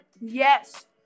Yes